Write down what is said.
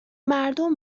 مردم